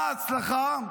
מה ההצלחה?